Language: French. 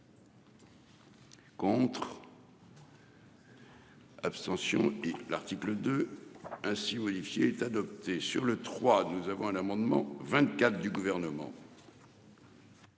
pour. Abstention, et l'article de ainsi modifié est adopté sur le trois, nous avons un amendement 24 du gouvernement.